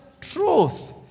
truth